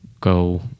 go